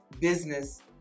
Business